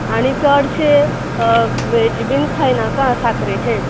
आनी चडशें हेजे बीन खायनाका साखरेचें